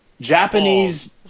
Japanese